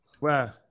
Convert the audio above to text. Wow